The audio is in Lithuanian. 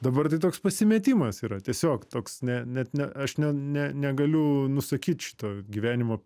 dabar tai toks pasimetimas yra tiesiog toks ne net ne aš ne ne negaliu nusakyt šito gyvenimo